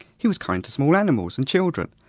he was kind to small animals and children,